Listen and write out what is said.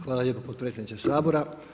Hvala lijepo potpredsjedniče Sabora.